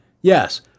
Yes